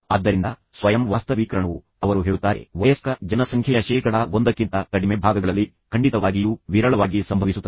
ಆದ್ದರಿಂದ ಸ್ವಯಂ ವಾಸ್ತವೀಕರಣವು ಅವರು ಹೇಳುತ್ತಾರೆ ವಯಸ್ಕ ಜನಸಂಖ್ಯೆಯ ಶೇಕಡಾ ಒಂದಕ್ಕಿಂತ ಕಡಿಮೆ ಭಾಗಗಳಲ್ಲಿ ಖಂಡಿತವಾಗಿಯೂ ವಿರಳವಾಗಿ ಸಂಭವಿಸುತ್ತದೆ